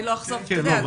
אני לא אחשוף אבל עדיין,